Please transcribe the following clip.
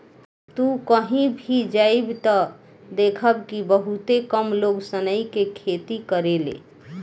तू कही भी जइब त देखब कि बहुते कम लोग सनई के खेती करेले